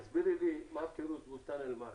תסבירי לי מה הפירוש בוסתן אל-מרג'.